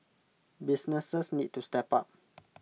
businesses need to step up